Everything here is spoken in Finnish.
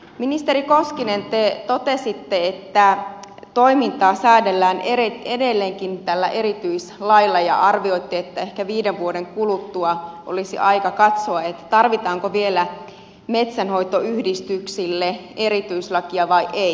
ministeri koskinen te totesitte että toimintaa säädellään edelleenkin tällä erityislailla ja arvioitte että ehkä viiden vuoden kuluttua olisi aika katsoa tarvitaanko vielä metsänhoitoyhdistyksille erityislakia vai ei